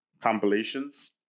Compilations